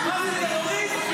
מה זה, טרוריסט?